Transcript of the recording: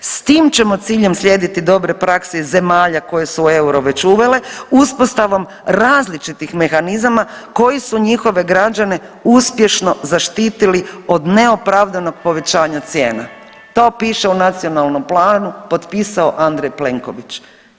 S tim ćemo ciljem slijediti dobre prakse zemalja koje su euro već uvele uspostavom različitih mehanizama koji su njihove građane uspješno zaštitili od ne opravdanog povećanja cijena.“ To piše u nacionalnom planu, potpisao Andrej Plenković.